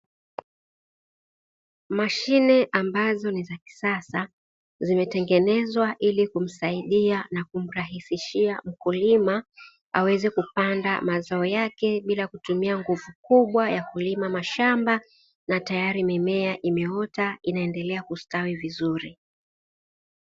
Mashine ambazo ni zakisasa zimetengenezwa ili kumsaidia na kumrahisishia mkulima aweze kupanda mazao yake bila kutumia nguvu kubwa ya kulima mashamba na tayari mimea imeota inaendelea kustawi vizuri.